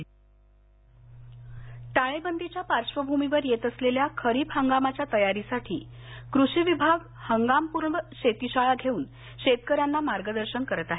उस्मानाबाद शेतीशाळा टाळेबंदीच्या पार्श्वभूमीवर येत असलेल्या खरीप हंगामाच्या तयारीसाठी कृषी विभाग हंगामपूर्व शेतीशाळा घेऊन शेतकऱ्यांना मार्गदर्शन करत आहे